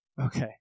okay